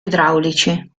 idraulici